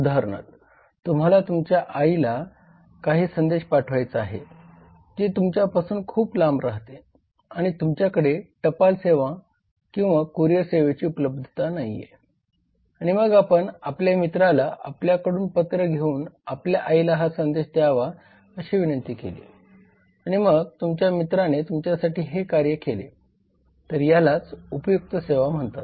उदाहरणार्थ तुम्हाला तुमच्या आईला काही संदेश पाठवायचा आहे जी तुमच्या पासून खूप लांब राहते आणि तुमच्याकडे टपाल सेवा किंवा कुरियर सेवेची उपलब्धता नाहीये आणि मग आपण आपल्या मित्राला आपल्याकडून पत्र घेऊन आपल्या आईला हा संदेश द्यावा अशी विनंती केली आणि मग तुमच्या मित्राने तुमच्यासाठी हे कार्य केले तर यालाच उपयुक्त सेवा म्हणतात